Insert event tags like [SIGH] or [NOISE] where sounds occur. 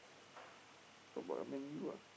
[NOISE] talk about Man-U ah